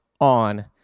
on